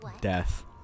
Death